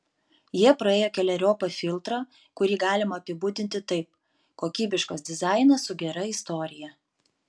jie praėjo keleriopą filtrą kurį galima apibūdinti taip kokybiškas dizainas su gera istorija